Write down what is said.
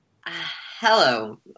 Hello